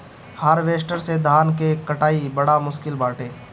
harvester से धान कअ कटाई बड़ा मुश्किल बाटे